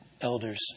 elders